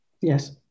Yes